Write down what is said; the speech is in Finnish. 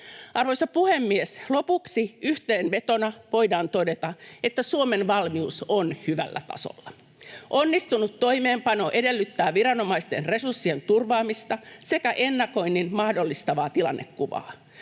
Arvoisa puhemies! Lopuksi yhteenvetona voidaan todeta, että Suomen valmius on hyvällä tasolla. Onnistunut toimeenpano edellyttää viranomaisten resurssien turvaamista sekä ennakoinnin mahdollistavaa tilannekuvaa.